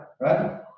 right